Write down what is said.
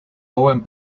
joven